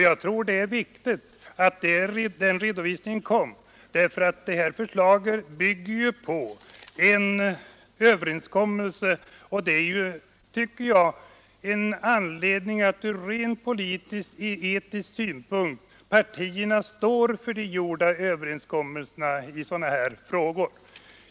Jag tror att det är viktigt att den redovisningen gjordes. Det här förslaget bygger nämligen på en överenskommelse, och jag anser att det ur rent etisk politisk synpunkt finns anledning att partierna står för gjorda överenskommelser i sådana här frågor.